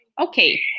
Okay